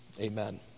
amen